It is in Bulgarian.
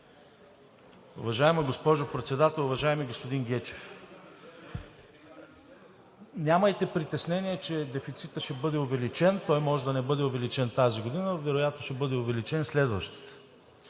Уважаема госпожо Председател! Уважаеми господин Гечев, нямайте притеснение, че дефицитът ще бъде увеличен. Той може да не бъде увеличен тази година, но вероятно ще бъде увеличен следващата.